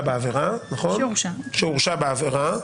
שהורשע בעבירה,